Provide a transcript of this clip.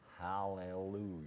hallelujah